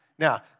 Now